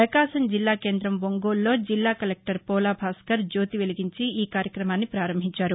ప్రకాశం జిల్లా కేంద్రం ఒంగోలులో జిల్లా కలెక్టర్ పోలా భాస్కర్ జ్యోతి వెలిగించి ఈ కార్యక్రమాన్ని ప్రారంభించారు